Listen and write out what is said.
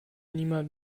niemand